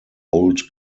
old